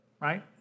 right